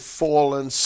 fallen